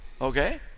Okay